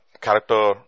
character